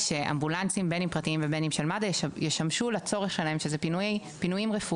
שאמבולנסים פרטיים או של מד"א ישמשו לצורך שלהם שזה פינויים רפואיים.